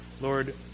Lord